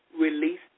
Release